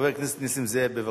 חבר הכנסת נסים זאב, בבקשה.